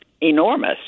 enormous